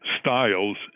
styles